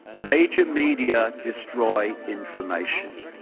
major media destroy information.